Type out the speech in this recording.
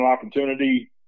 opportunity